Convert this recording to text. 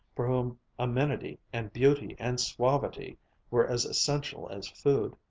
for whom amenity and beauty and suavity were as essential as food,